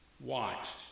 watched